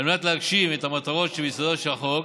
את המטרות שביסודו של החוק,